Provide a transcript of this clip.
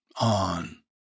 on